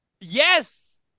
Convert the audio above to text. Yes